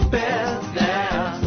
business